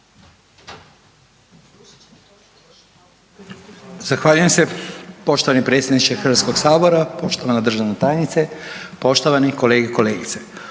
Zahvaljujem se poštovani predsjedniče HS, poštovana državna tajnice, poštovane kolege i kolegice.